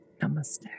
Namaste